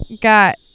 got